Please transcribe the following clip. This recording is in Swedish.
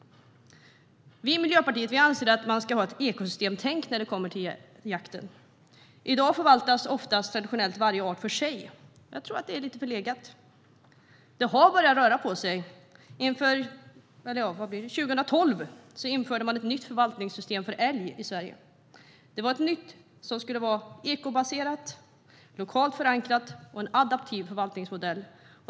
Vi i Miljöpartiet anser att man ska ha ett ekosystemtänk när det kommer till jakten. I dag förvaltas traditionellt varje art ofta var för sig, men jag tror att det är lite förlegat. Det har börjat röra på sig. År 2012 infördes ett nytt förvaltningssystem för älg i Sverige. Detta nya system innebär en ekobaserad, lokalt förankrad och adaptiv förvaltningsmodell.